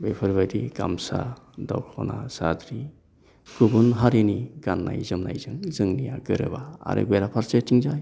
बेफोरबायदि गामसा दख'ना साद्रि गुबुन हारिनि गाननाय जोमनायजों जोंनिया गोरोबा आरो बेरा फारसेथिंजाय